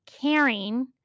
caring